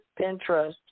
Pinterest